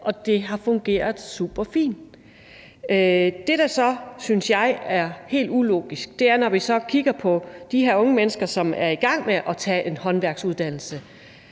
og det har fungeret superfint. Det, jeg synes er helt ulogisk, er, når vi så kigger på de her unge mennesker, som er i gang med at tage en håndværksuddannelse